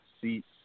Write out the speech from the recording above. seats